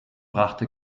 brachte